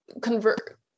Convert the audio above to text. convert